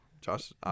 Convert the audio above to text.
Josh